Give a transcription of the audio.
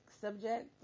subject